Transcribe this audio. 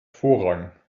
vorrang